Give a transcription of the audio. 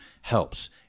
helps